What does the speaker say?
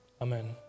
Amen